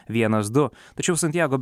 vienas du tačiau santjago